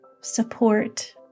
support